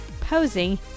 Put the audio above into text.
posing